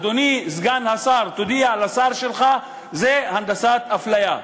אדוני סגן השר, תודיע לשר שלך: זה הנדסת הפליה.